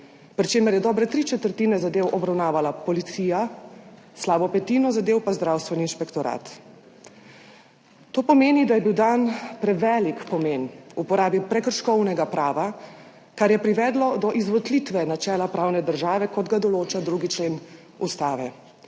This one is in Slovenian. pri čemer je dobre tri četrtine zadev obravnavala policija, slabo petino zadev pa zdravstveni inšpektorat. To pomeni, da je bil dan prevelik pomen uporabi prekrškovnega prava, kar je privedlo do izvotlitve načela pravne države, kot ga določa 2. člen Ustave,